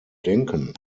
denken